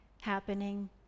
happening